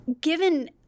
given